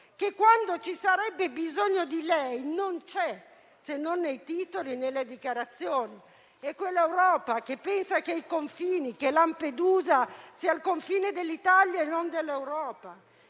che, quando ci sarebbe bisogno di lei, non c'è, se non nei titoli e nelle dichiarazioni. È quell'Europa che pensa che Lampedusa sia il confine dell'Italia e non dell'Europa.